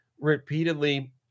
repeatedly